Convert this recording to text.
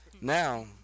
Now